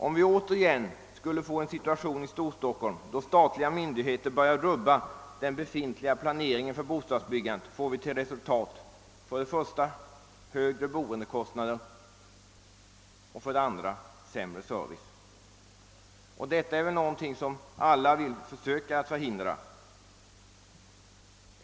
Om vi återigen skulle få en situation i Storstockholm då statliga myndigheter börjar rubba den befint liga planeringen för bostadsbyggandet blir resultatet för det första högre boendekostnader och för det andra sämre service. Och det är väl någonting som alla vill söka förhindra.